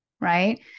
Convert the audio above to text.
right